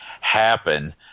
happen